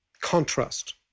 contrast